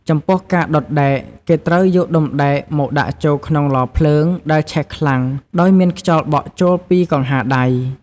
ចំពោះ ការដុតដែក គេត្រូវយកដុំដែកមកដាក់ចូលក្នុងឡភ្លើងដែលឆេះខ្លាំងដោយមានខ្យល់បក់ចូលពីកង្ហារដៃ។